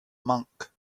monk